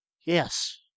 Yes